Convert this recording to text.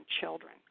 children